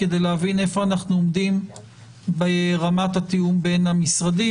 כדי להבין איפה אנחנו עומדים ברמת התיאום בין המשרדים.